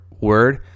word